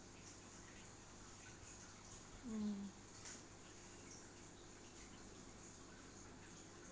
mm